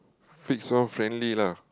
fix one friendly lah